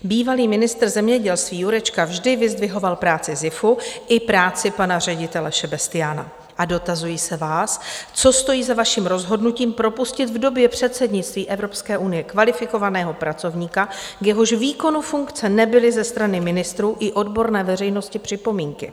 Bývalý ministr zemědělství Jurečka vždy vyzdvihoval práci SZIFu i práci pana ředitele Šebestyána a dotazuji se vás, co stojí za vaším rozhodnutím propustit v době předsednictví Evropské unie kvalifikovaného pracovníka, k jehož výkonu funkce nebyly ze strany ministrů i odborné veřejnosti připomínky.